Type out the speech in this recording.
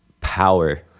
power